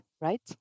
right